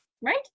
right